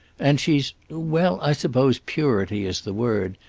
and she's well, i suppose purity is the word.